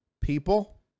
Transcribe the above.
people